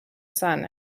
son